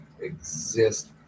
exist